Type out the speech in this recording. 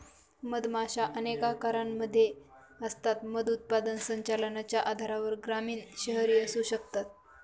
मधमाशा अनेक आकारांमध्ये असतात, मध उत्पादन संचलनाच्या आधारावर ग्रामीण, शहरी असू शकतात